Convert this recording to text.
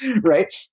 right